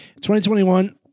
2021